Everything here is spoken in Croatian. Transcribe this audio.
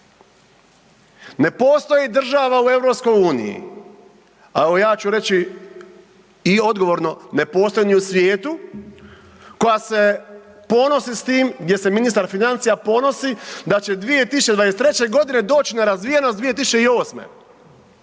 Ne postoji država u EU a evo ja ću reći i odgovorno, ne postoji ni u svijetu koja se ponosi s tim gdje se ministar financija ponosi da će 2023. g. doći na razvijenost 2008.